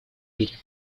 мире